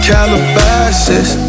Calabasas